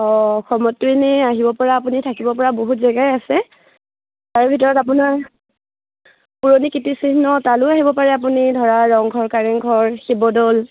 অঁ অসমততো এনেই আহিব পৰা আপুনি থাকিব পৰা বহুত জেগাই আছে তাৰ ভিতৰত আপোনাৰ পুৰণি কীৰ্তিচিহ্ন তালৈও আহিব পাৰে আপুনি ধৰা ৰংঘৰ কাৰেংঘৰ শিৱদৌল